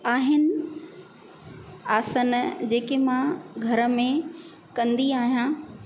आहिनि आसन जेके मां घर में कंदी आहियां